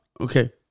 okay